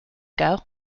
ago